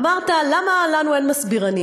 אמרת: למה לנו אין מסבירנים?